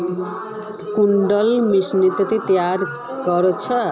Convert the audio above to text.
कुंडा मशीनोत तैयार कोर छै?